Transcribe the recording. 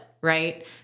right